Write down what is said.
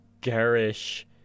garish